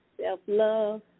self-love